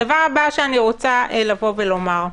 הדבר הבא שאני רוצה לבוא ולומר,